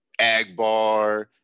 Agbar